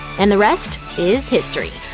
and the rest is history.